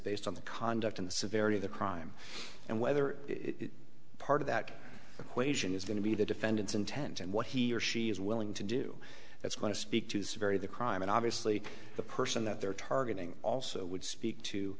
based on the conduct in the severity of the crime and whether it's part of that equation is going to be the defendant's intent and what he or she is willing to do that's going to speak to this very the crime and obviously the person that they're targeting also would speak to